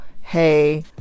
hey